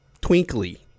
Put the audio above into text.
twinkly